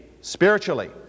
spiritually